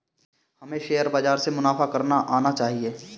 हमें शेयर बाजार से मुनाफा करना आना चाहिए